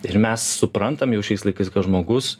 ir mes suprantam jau šiais laikais kad žmogus